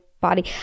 body